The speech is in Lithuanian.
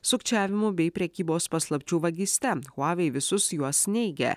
sukčiavimu bei prekybos paslapčių vagyste huavei visus juos neigia